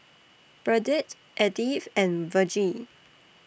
Burdette Edith and Vergie